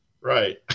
right